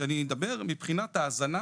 שאני מדבר מבחינת ההזנה,